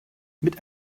mit